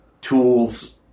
tools